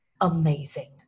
amazing